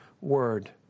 word